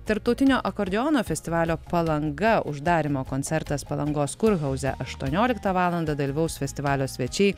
tarptautinio akordeono festivalio palanga uždarymo koncertas palangos kurhauze aštuonioliktą valandą dalyvaus festivalio svečiai